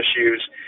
issues